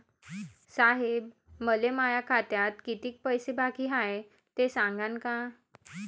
साहेब, मले माया खात्यात कितीक पैसे बाकी हाय, ते सांगान का?